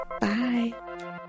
bye